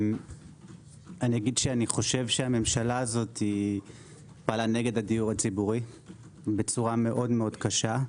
אני חושב שהממשלה הזאת פעלה נגד הדיור הציבורי בצורה מאוד קשה.